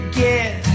get